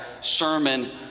sermon